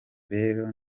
rero